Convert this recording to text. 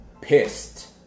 pissed